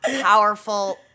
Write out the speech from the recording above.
powerful